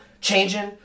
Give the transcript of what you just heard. changing